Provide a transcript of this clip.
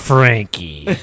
Frankie